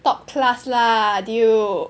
top class lah dude